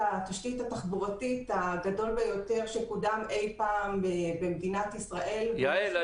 התשתית התחבורתית הגדול ביותר שקודם אי-פעם במדינת ישראל -- יעל,